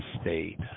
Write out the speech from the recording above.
state